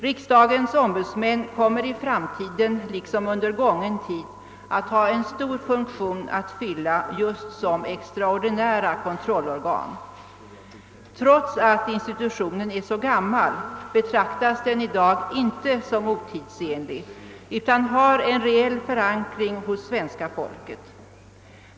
Riksdagens ombudsmän kommer i framtiden liksom under gången tid att ha en stor funktion att fylla just som extraordinära kontrollorgan. Trots att institutionen är så gammal betraktas den i dag inte som otidsenlig utan har en reell förankring hos svenska folket.